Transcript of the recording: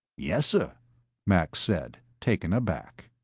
yessir, max said, taken aback.